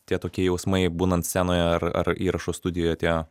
tie tokie jausmai būnant scenoje ar ar įrašų studijoje tie